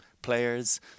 players